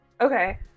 okay